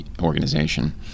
organization